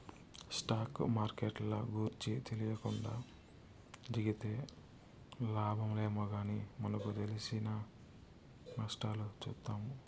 stock మార్కెట్ల గూర్చి తెలీకుండా దిగితే లాబాలేమో గానీ మనకు తెలిసి నష్టాలు చూత్తాము